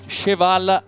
Cheval